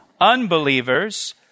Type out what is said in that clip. Unbelievers